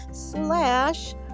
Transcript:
slash